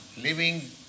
living